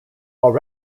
while